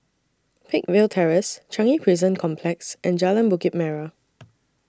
Peakville Terrace Changi Prison Complex and Jalan Bukit Merah